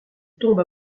tombe